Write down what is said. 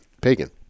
Pagan